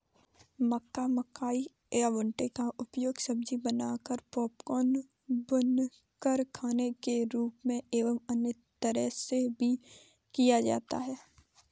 मक्का, मकई या भुट्टे का उपयोग सब्जी बनाकर, पॉपकॉर्न, भूनकर खाने के रूप में एवं अन्य तरह से भी किया जाता है